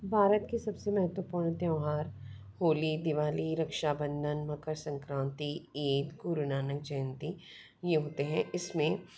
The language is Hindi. भारत के सब से महत्वपूर्ण त्यौहार होली दिवाली रक्षाबंधन मकर संक्रांति ईद गुरु नानक जयंती यह होते हैं इस में